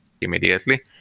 immediately